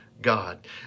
God